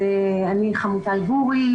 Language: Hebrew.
אני חמוטל גורי,